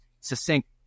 succinct